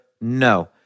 No